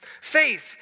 Faith